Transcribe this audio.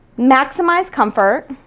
maximize comfort,